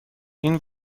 این